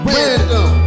Random